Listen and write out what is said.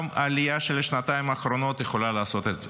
גם העלייה של השנתיים האחרונות יכולה לעשות את זה.